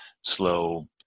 slow